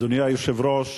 אדוני היושב-ראש,